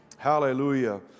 Hallelujah